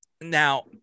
Now